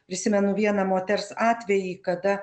prisimenu vieną moters atvejį kada